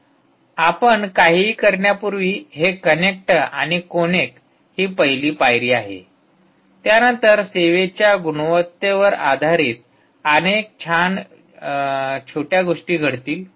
म्हणून आपण काहीही करण्यापूर्वी हे कनेक्ट आणि कोनेक ही पहिली पायरी आहे त्यानंतर सेवेच्या गुणवत्तेवर आधारित अनेक छान गोष्टी घडतील